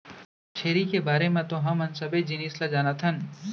छेरी के बारे म तो हमन सबे जिनिस ल जानत हन